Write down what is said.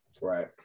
right